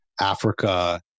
Africa